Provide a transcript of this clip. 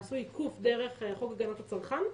עשו עיקוף דרך חוק הגנת הצרכן,